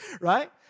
right